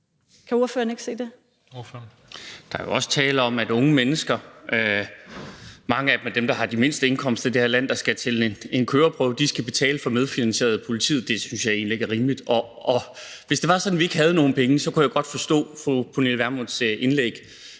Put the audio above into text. Karsten Lauritzen (V): Der er jo også tale om, at unge mennesker, og mange af dem er blandt dem, der har de mindste indkomster i det her land, som skal til en køreprøve, skal betale for at medfinansiere politiet. Det synes jeg egentlig ikke er rimeligt. Hvis det var sådan, at vi ikke havde nogen penge, kunne jeg godt forstå fru Pernille Vermunds indlæg,